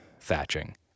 thatching